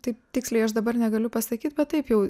taip tiksliai aš dabar negaliu pasakyt bet taip jau